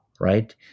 right